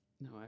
No